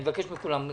דניאל, אני מבקש מכולם.